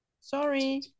sorry